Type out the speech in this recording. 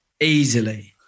Easily